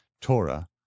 Torah